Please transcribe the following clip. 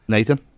Nathan